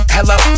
Hello